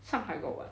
上海 got [what]